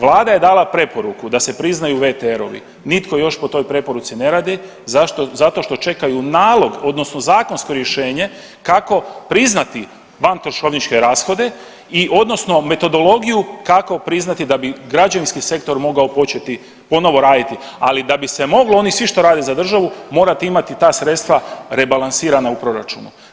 Vlada je dala preporuku da se priznaju VTR-ovi, nitko još po toj preporuci ne radi, zašto, zato što čekaju nalog odnosno zakonsko rješenje kako priznati vantroškovničke rashode i odnosno metodologiju kako priznati da bi građevinski sektor mogao početi ponovo raditi, ali da bi se moglo oni svi što rade za državu morate imati ta sredstva rebalansirana u proračunu.